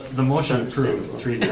the motion approved three